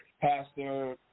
Pastor